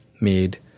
made